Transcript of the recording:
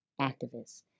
activists